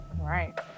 right